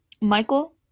Michael